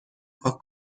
پاک